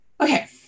okay